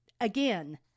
again